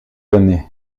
donné